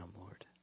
Lord